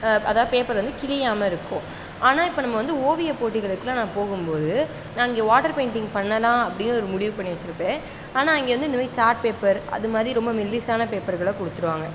அதாவது பேப்பர் வந்து கிழியாம இருக்கும் ஆனால் இப்போ நம்ம வந்து ஓவியப் போட்டிகளுக்கெல்லாம் நான் போகும்போது நான் இங்கே வாட்டர் பெயிண்டிங் பண்ணலாம் அப்படின்னு ஒரு முடிவு பண்ணி வச்சுருப்பேன் ஆனால் அங்கே வந்து இந்தமாதிரி சாட் பேப்பர் அதுமாதிரி ரொம்ப மெல்லிசான பேப்பர்களை கொடுத்துடுவாங்க